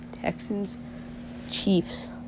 Texans-Chiefs